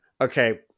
Okay